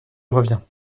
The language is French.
reviens